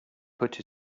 put